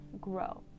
grow